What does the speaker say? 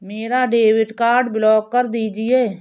मेरा debit card block कर दीजिए